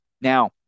Now